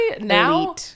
now